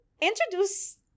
introduce